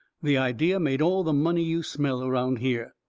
the idea made all the money you smell around here.